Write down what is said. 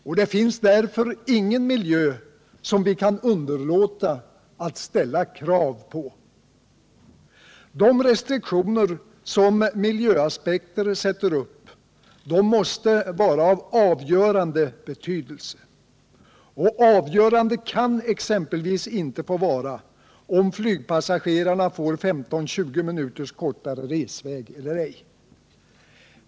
Och det finns därför ingen miljö som vi kan underlåta att ställa krav på. De restriktioner som miljöaspekter sätter upp måste vara av avgörande betydelse. Avgörande kan exempelvis inte få vara om flygpassagerarna får 15-20 minuters kortare resväg eller ej.